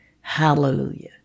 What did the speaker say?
Hallelujah